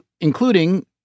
including